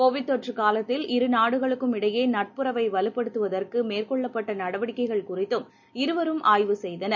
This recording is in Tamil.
கோவிட் தொற்றுகாலத்தில் இரு நாடுகளுக்குமிடையேநட்புறவை வலுப்படுத்துவதற்குமேற்கொள்ளப்பட்டநடவடிக்கைகள் குறித்தும் இருவரும் ஆய்வு செய்தனர்